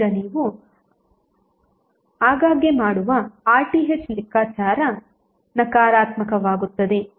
ಈಗ ನೀವು ಆಗಾಗ್ಗೆಮಾಡುವ RTh ಲೆಕ್ಕಾಚಾರ ನಕಾರಾತ್ಮಕವಾಗುತ್ತದೆ